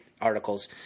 articles